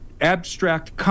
abstract